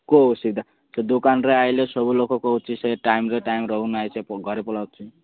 କେଉଁ ଅସୁବିଧା ସେ ଦୋକାନରେ ଆଇଲେ ସବୁ ଲୋକ କହୁଛି ସେ ଟାଇମ ଟୁ ଟାଇମ୍ ରହୁନାହିଁ ସେ ଘରେ ପଲାଉଛି